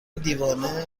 دیوانه